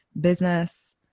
business